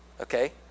Okay